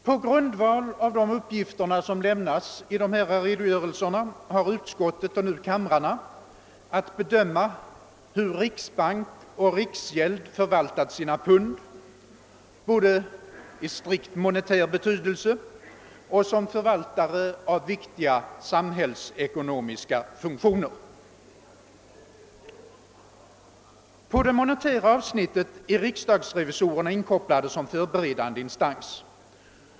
På grundval av de uppgifter som lämnas i dessa redogörelser har utskottet och nu kamrarna att bedöma hur riksbank och riksgäldskontor förvaltat sina pund både i strikt monetär betydelse och som utövare av viktiga samhällsekonomiska funktioner. På det monetära avsnittet är riksdagsrevisorerna inkopplade som förberedande instans.